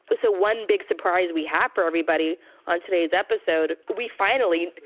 but so one big surprise we have for everybody on today's episode, we finally,